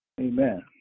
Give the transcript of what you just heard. Amen